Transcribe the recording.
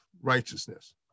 righteousness